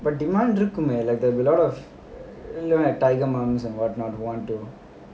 but demand look like a lot of tiger mums and what not right